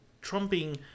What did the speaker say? trumping